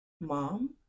Mom